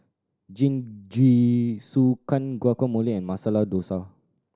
Jingisukan Guacamole and Masala Dosa